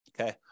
Okay